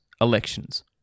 elections